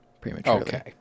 prematurely